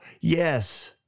Yes